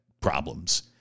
problems